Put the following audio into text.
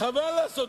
לוקחת זמן,